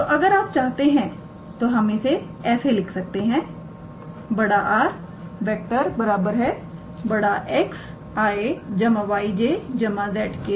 तो अगर आप चाहते हैं तो हम इसे ऐसे लिख सकते हैं 𝑅⃗ 𝑋𝑖̂ 𝑌𝑗̂ 𝑍𝑘̂